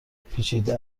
پیچیده